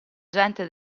gente